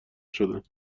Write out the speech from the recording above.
شدند